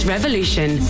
Revolution